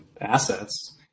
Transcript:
assets